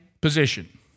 position